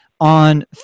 on